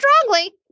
strongly